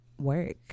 work